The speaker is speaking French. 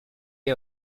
est